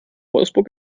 wolfsburg